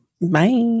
Bye